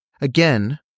Again